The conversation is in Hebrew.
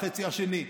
החצי השני,